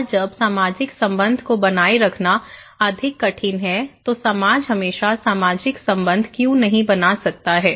और जब सामाजिक संबंध को बनाए रखना अधिक कठिन है तो समाज हमेशा सामाजिक संबंध क्यों नहीं बना सकता है